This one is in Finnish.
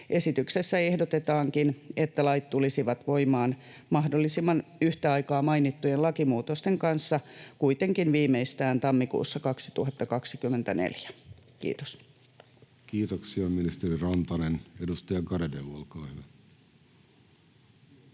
Esityksessä ehdotetaankin, että lait tulisivat voimaan mahdollisimman yhtä aikaa mainittujen lakimuutosten kanssa, kuitenkin viimeistään tammikuussa 2024. — Kiitos. [Speech 113] Speaker: Jussi Halla-aho